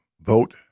vote